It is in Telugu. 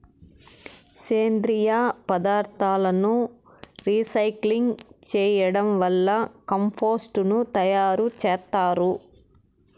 సేంద్రీయ పదార్థాలను రీసైక్లింగ్ చేయడం వల్ల కంపోస్టు ను తయారు చేత్తారు